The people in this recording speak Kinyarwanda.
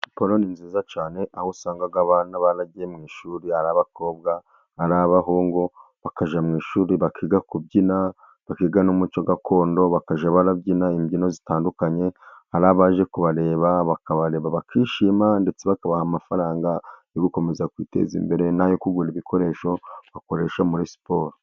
Siporo ni nziza cyane. Aho usangaga abana baragiye mu ishuri. Hari abakobwa, abahungu bakajya mu ishuri bakiga kubyina, bakiga n'umuco gakondo, bakajya banabyina imbyino zitandukanye. Ari abaje kubareba bakishima, ndetse bakabaha amafaranga yo gukomeza kwiteza imbere, n'ayo kugura ibikoresho bakoresha muri siporo.